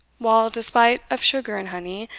while, despite of sugar and honey,